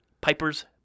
Piper's